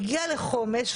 לחומש,